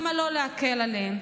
למה לא להקל עליהם?